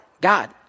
God